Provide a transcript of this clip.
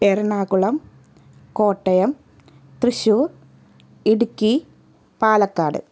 Ernakulam Kottayam Thrissur Idukki Palakkad